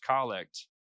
collect